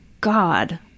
god